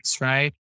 right